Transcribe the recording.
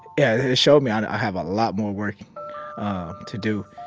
yeah it showed me and i have a lot more work to do,